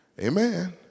Amen